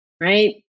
Right